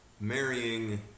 marrying